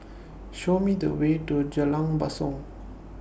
Show Me The Way to Jalan Basong